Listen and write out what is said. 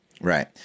Right